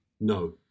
No